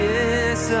Yes